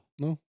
No